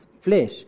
flesh